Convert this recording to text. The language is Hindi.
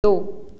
दो